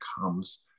comes